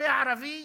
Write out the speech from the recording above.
הרופא הערבי